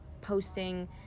posting